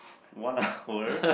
one hour